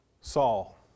Saul